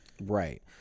Right